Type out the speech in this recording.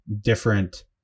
different